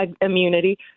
immunity